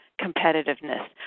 competitiveness